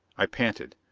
i panted.